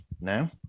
now